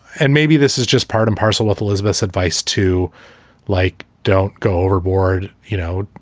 and maybe this is just part and parcel of elizabeth's advice to like. don't go overboard, you know,